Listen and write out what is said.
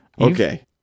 okay